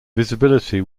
visibility